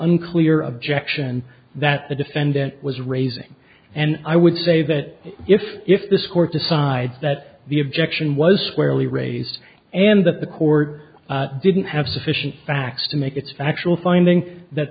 unclear objection that the defendant was raising and i would say that if if this court decides that the objection was squarely race and that the court didn't have sufficient facts to make its factual finding that